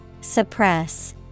Suppress